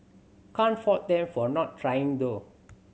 can't fault them for not trying though